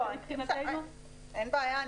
אין בעיה.